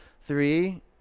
Three